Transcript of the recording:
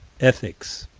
ethics.